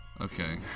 Okay